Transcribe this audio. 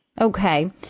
Okay